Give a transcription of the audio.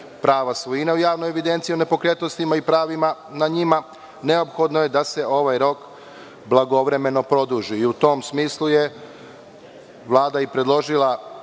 prava svojine u javnoj evidenciji o nepokretnostima i pravima na njima, neophodno je da se ovaj rok blagovremeno produži. U tom smislu je Vlada i predložila